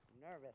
Nervous